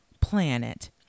Planet